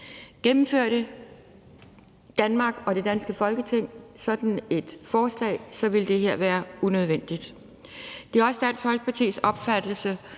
Gennemførte Danmark og det danske Folketing sådan et forslag, ville det her være unødvendigt. Det er også Dansk Folkepartis opfattelse,